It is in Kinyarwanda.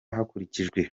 hakurikijwe